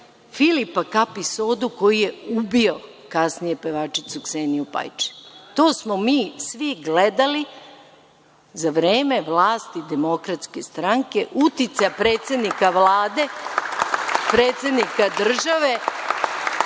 Filipa Kapisodu, koji je ubio kasnije pevačicu Kseniju Pajčin. To smo mi svi gledali za vreme vlasti Demokratske stranke, uticaja predsednika Vlade, predsednika države,